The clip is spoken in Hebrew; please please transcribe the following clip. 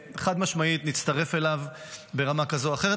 וחד-משמעית נצטרף אליו ברמה כזאת או אחרת,